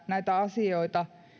näitä asioita